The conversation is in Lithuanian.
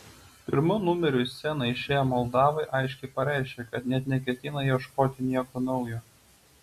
pirmu numeriu į sceną išėję moldavai aiškiai pareiškė kad net neketina ieškoti nieko naujo